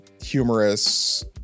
humorous